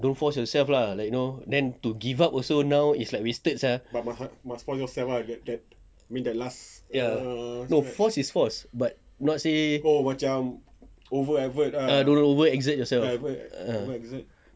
don't force yourself lah you know then to give up also now is like wasted sia ya no force is force but not say don't overexert yourself ah